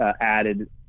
added